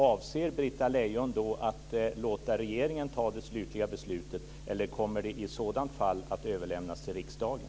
Avser Britta Lejon då att låta regeringen fatta det slutliga beslutet, eller kommer det i sådant fall att överlämnas till riksdagen?